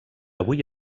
avui